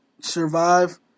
survive